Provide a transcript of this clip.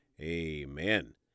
amen